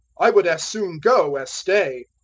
i would as soon go as stay.